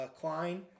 Klein